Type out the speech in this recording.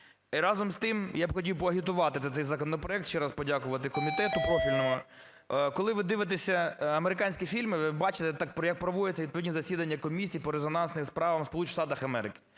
разом з тим, я б хотів поагітувати за цей законопроект, ще раз подякувати комітету профільному. Коли ви дивитеся американські фільми, ви бачите, як проводяться відповідні засідання комісії по резонансних справах у